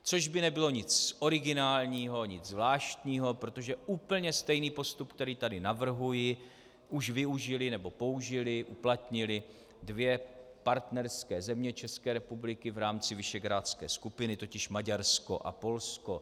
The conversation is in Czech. Což by nebylo nic originálního, nic zvláštního, protože úplně stejný postup, který tady navrhuji, už využily nebo použily, uplatnily dvě partnerské země České republiky v rámci visegrádské skupiny totiž Maďarsko a Polsko.